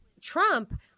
Trump